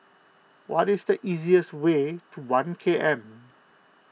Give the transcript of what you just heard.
what is the easiest way to one K M